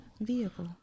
Vehicle